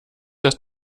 erst